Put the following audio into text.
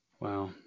Wow